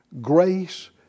grace